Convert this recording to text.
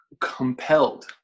compelled